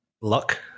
luck